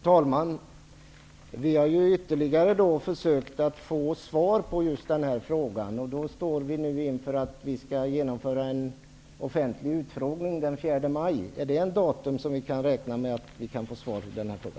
Herr talman! Ytterligare försök har gjorts för att få svar på just denna fråga. Vi står nu inför en offentlig utfrågning den 4 maj. Är det ett datum då vi kan räkna med att få svar på denna fråga?